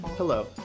Hello